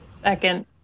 second